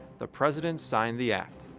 the president signed the act.